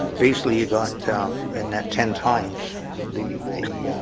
basically you got in that ten times the the